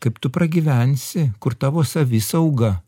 kaip tu pragyvensi kur tavo savisauga